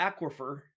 Aquifer